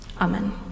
Amen